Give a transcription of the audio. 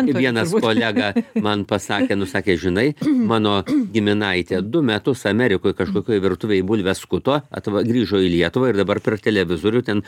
vienas kolega man pasakė nu sakė žinai mano giminaitė du metus amerikoj kažkokioj virtuvėj bulves skuto atva grįžo į lietuvą ir dabar per televizorių ten